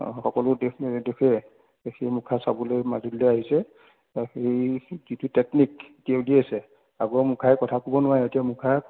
সকলো দেশে দেশে সেই মুখা চাবলৈ মাজুলীলৈ আহিছে সেই যিটো টেকনিক তেওঁ উলিয়াইছে আগৰ মুখায়ে কথা ক'ব নোৱাৰে এতিয়া মুখাই